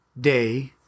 Day